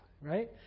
right